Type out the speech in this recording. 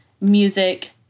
music—